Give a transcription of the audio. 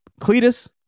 Cletus